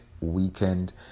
weekend